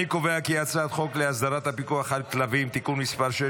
אני קובע כי הצעת חוק להסדרת הפיקוח על כלבים (תיקון מס' 6,